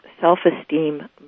self-esteem